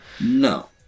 No